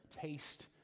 taste